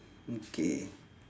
okay